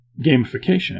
gamification